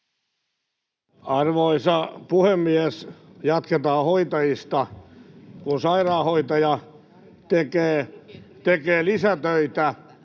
Arvoisa puhemies! Jatketaan hoitajista: Kun sairaanhoitaja tekee lisätöitä,